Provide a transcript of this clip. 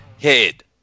head